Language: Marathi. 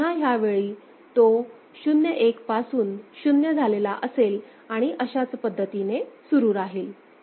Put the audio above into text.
त्यामुळे पुन्हा ह्यावेळी तो 0 1 पासून 0 झालेला असेल आणि अशाच पद्धतीने सुरू राहील